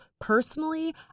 Personally